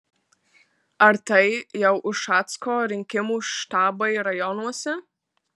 ar tai jau ušacko rinkimų štabai rajonuose